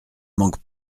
manque